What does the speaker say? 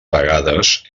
vegades